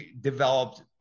developed